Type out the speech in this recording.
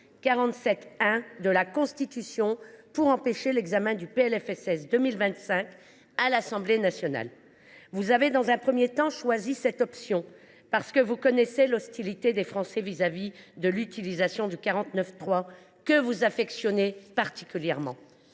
47 1 de la Constitution pour empêcher l’examen du PLFSS pour 2025 à l’Assemblée nationale. Vous avez, dans un premier temps, choisi cette option parce que vous connaissez l’hostilité des Français à l’égard de l’utilisation de l’article 49.3, que vous affectionnez particulièrement.